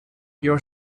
your